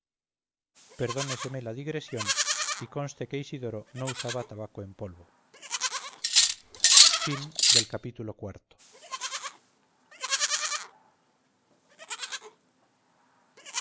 perdóneseme la digresión y conste que isidoro no usaba tabaco en polvo ii